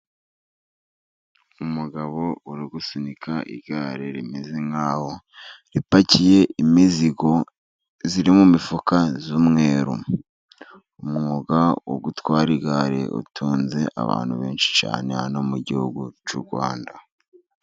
Umugabo uri gusunika igare rimeze nkaho ripakiye imizigo iri mu mifuka y'umweru. Umwuga wo gutwara igare utunze abantu benshi cyane mu gihugu cy'u Rwanda.